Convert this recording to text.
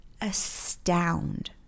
astound